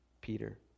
Peter